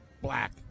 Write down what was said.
Black